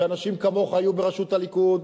שאנשים כמוך יהיו בראשות הליכוד,